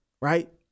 Right